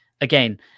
again